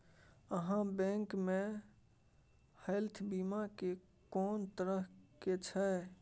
आहाँ बैंक मे हेल्थ बीमा के कोन तरह के छै?